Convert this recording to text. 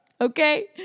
okay